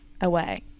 away